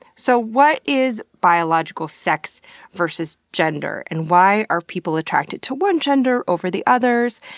so, what is biological sex versus gender? and why are people attracted to one gender over the others?